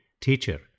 teacher